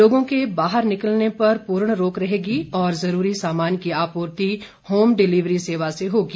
लोगों के बाहर निकलने पर पूर्ण रोक रहेगी उन्हें जरूरी सामान की आपूर्ति होम डिलीवरी सेवा से होगी